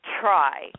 try